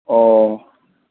ꯑꯣ